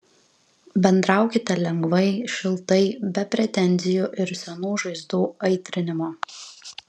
bendraukite lengvai šiltai be pretenzijų ir senų žaizdų aitrinimo